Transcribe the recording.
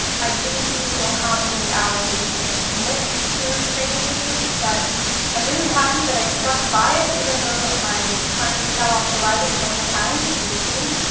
i didn't really know how many hours a week i could commit to creating videos, but i'm really happy that i stuck by it even though i kind of fell off the wagon several times in between.